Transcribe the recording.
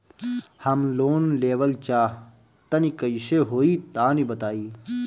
हम लोन लेवल चाह तनि कइसे होई तानि बताईं?